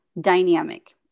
dynamic